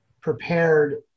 prepared